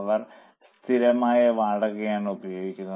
അവർ സ്ഥിരമായ വാടകയാണ് ഉപയോഗിച്ചിരുന്നത്